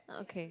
okay